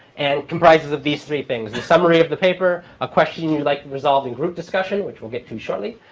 and comprises of these three things the summary of the paper, a question you'd like to resolve in group discussion, which we'll get to shortly,